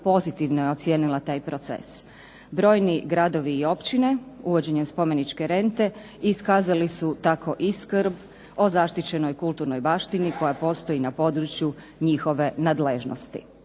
pozitivno je ocijenila taj proces. Brojni gradovi i općine, uvođenjem spomeničke rente iskazali su tako i skrb o zaštićenoj kulturnoj baštini koja postoji na području njihove nadležnosti.